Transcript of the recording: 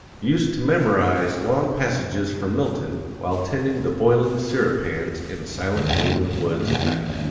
used to memorize long passages from milton while tending the boiling syrup-pans in the silent new england woods at night.